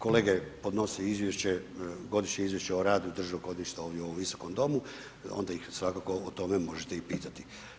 Kolege podnose izvješće, godišnje izvješće o radu Državnog odvjetništva ovdje u ovom Visokom domu, onda ih svakako o tome možete i pitati.